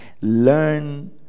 learn